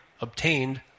obtained